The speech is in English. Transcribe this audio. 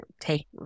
take